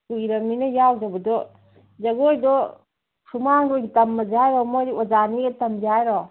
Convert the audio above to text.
ꯀꯨꯏꯔꯃꯤꯅ ꯌꯥꯎꯗꯕꯗꯣ ꯖꯒꯣꯏꯗꯣ ꯁꯨꯃꯥꯡꯗ ꯑꯣꯏ ꯇꯝꯃꯁꯦ ꯃꯥꯏꯔꯣ ꯑꯣꯖꯥ ꯅꯦꯛꯑ ꯇꯝꯁꯤ ꯍꯥꯏꯔꯣ